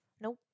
Nope